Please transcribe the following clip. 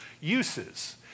uses